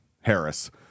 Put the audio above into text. Harris